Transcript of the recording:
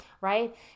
right